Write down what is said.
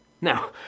Now